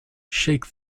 shake